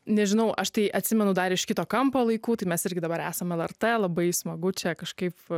nežinau aš tai atsimenu dar iš kito kampo laikų tai mes irgi dabar esam lrt labai smagu čia kažkaip